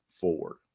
forward